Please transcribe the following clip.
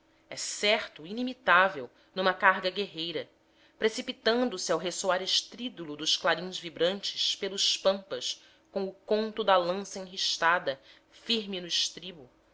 é certo inimitável numa carga guerreira precipitando-se ao ressoar estrídulo dos clarins vibrantes pelos pampas como o conto da lança enristada firme no estribo